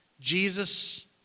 Jesus